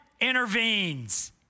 intervenes